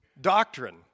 doctrine